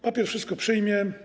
Papier wszystko przyjmie.